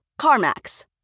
CarMax